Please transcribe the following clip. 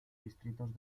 distritos